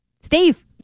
Steve